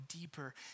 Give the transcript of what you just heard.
deeper